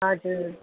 हजुर